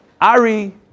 Ari